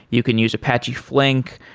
you can use apache flink,